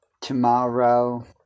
tomorrow